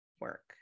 work